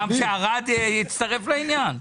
שגם ערד יצטרפו לעניין?